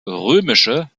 römische